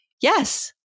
Yes